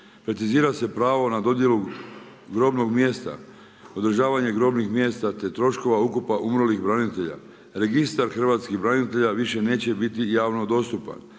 Kritizira se pravo na dodjelu grobnog mjesta, održavanje grobnih mjesta, te troškova ukupno umrlih branitelja. Registar hrvatskih branitelja više neće biti javno dostupan.